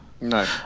No